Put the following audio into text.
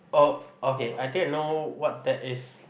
oh okay I think I know what that is